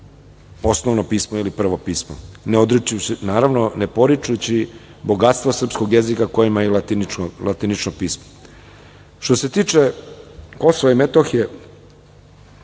osnovno pismo ili prvo pismo, naravno, ne poričući bogatstvo srpskog jezika koje ima i latinično pismo. Što se tiče Kosova i Metohije,